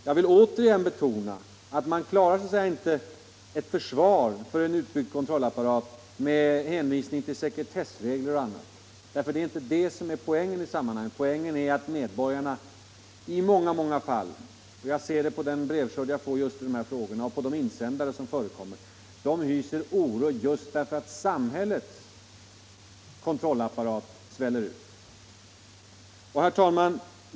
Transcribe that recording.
Jag vill återigen betona att man inte klarar ett försvar för en utbyggd kontrollapparat med hänvisning till sekretessregler osv. för det är inte det som är poängen i sammanhanget. Poängen är att medborgarna i många, många fall — jag ser det på den brevskörd jag får i dessa frågor och på de insändare som förekommer — hyser oro just därför att samhällets kontrollapparat sväller ut. Herr talman!